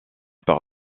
par